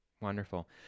wonderful